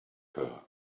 her